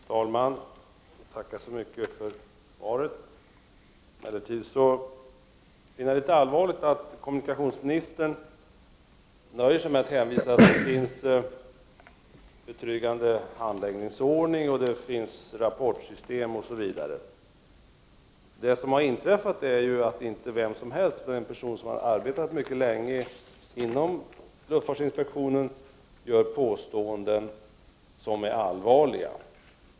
Fru talman! Jag tackar så mycket för svaret. Emellertid finner jag det en aning allvarligt att kommunikationsministern nöjer sig med att hänvisa till att det finns en betryggande handläggningsordning, rapportsystem, osv. Vad som har inträffat är att inte vem som helst utan en person som mycket länge har arbetat inom luftfartsinspektionen har gjort påståenden som är allvarliga.